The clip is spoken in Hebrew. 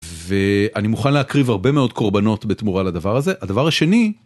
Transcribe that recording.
ואני מוכן להקריב הרבה מאוד קורבנות בתמורה לדבר הזה. הדבר השני..